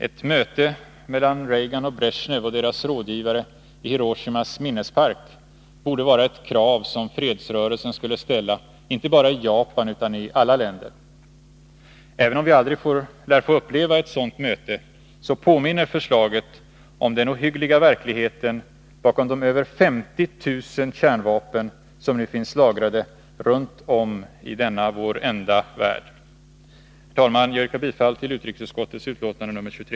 Ett möte mellan Reagan och Bresjnev och deras rådgivare i Hiroshimas minnespark borde vara ett krav som fredsrörelsen skulle ställa inte bara i Japan utan i alla länder. Även om vi aldrig lär få uppleva ett sådant möte, påminner förslaget om den ohyggliga verkligheten bakom de över 50 000 kärnvapen som nu finns lagrade runt om i denna vår enda värld. Herr talman! Jag yrkar bifall till utrikesutskottets hemställan i utlåtandet nr 23.